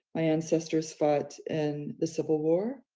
my ancestors fought in the civil war,